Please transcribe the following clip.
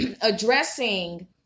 addressing